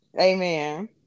Amen